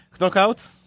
Knockout